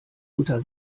unter